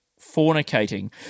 fornicating